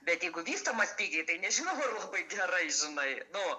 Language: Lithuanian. bet jeigu vystomas pigiai tai nežinau ar labai gerai žinai nu